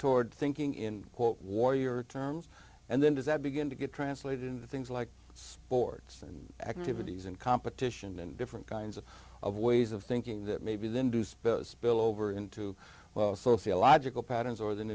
toward thinking in quote warrior terms and then does that begin to get translated into things like sports and activities and competition and different kinds of of ways of thinking that maybe the induced spillover into well sociological patterns or than